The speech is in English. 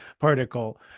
particle